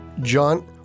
John